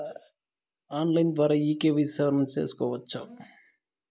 Online ద్వారా KYC నవీకరణ సేసుకోవచ్చా?